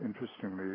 interestingly